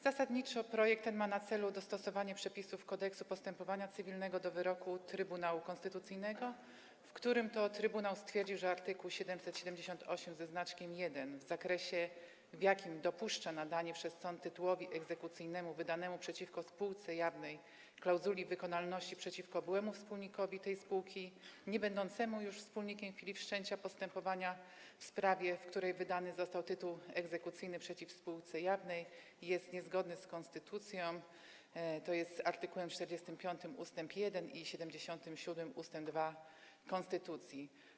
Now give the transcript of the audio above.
Zasadniczo projekt ten ma na celu dostosowanie przepisów Kodeksu postępowania cywilnego do wyroku Trybunału Konstytucyjnego, w którym to trybunał stwierdził, że art. 778 w zakresie, w jakim dopuszcza nadanie przez sąd tytułowi egzekucyjnemu wydanemu przeciwko spółce jawnej klauzuli wykonalności przeciwko byłemu wspólnikowi tej spółki niebędącemu już wspólnikiem w chwili wszczęcia postępowania w sprawie, w której wydany został tytuł egzekucyjny przeciw spółce jawnej, jest niezgodny z konstytucją, tj. z art. 45 ust. 1 i art. 77 ust. 2 konstytucji.